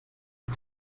mit